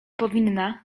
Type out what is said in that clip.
powinna